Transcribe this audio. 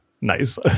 Nice